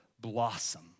blossom